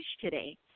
today